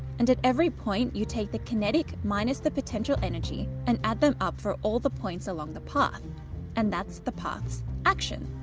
and at every point you take the kinetic minus the potential energy and add them up for all the points along the path and that's the paths action.